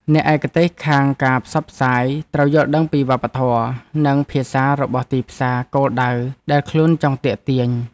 អ្នកឯកទេសខាងការផ្សព្វផ្សាយត្រូវយល់ដឹងពីវប្បធម៌ និងភាសារបស់ទីផ្សារគោលដៅដែលខ្លួនចង់ទាក់ទាញ។